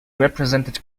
represented